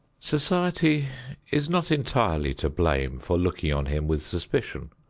society is not entirely to blame for looking on him with suspicion.